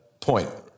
point